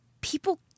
People